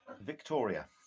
Victoria